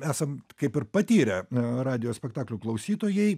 esam kaip ir patyrę radijo spektaklių klausytojai